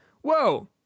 whoa